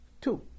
two